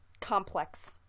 complex